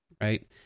right